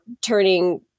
turning